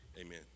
amen